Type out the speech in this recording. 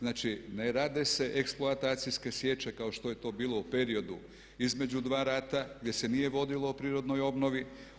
Znači ne rade se eksploatacijske sječe kao što je to bilo u periodu između dva rada gdje se nije vodilo o prirodnoj obnovi.